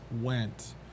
went